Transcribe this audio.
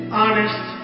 honest